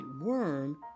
worm